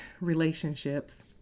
relationships